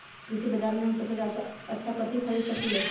कृषि बाजर में हम सबसे अच्छा कथि खरीद सकींले?